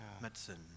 medicine